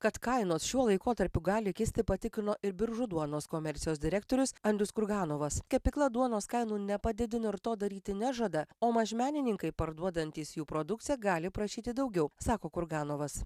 kad kainos šiuo laikotarpiu gali kisti patikino ir biržų duonos komercijos direktorius andrius kurganovas kepykla duonos kainų nepadidino ir to daryti nežada o mažmenininkai parduodantys jų produkciją gali prašyti daugiau sako kurganovas